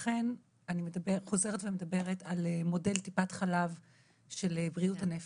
לכן אני חוזרת ומדברת על מודל טיפת חלב של בריאות הנפש.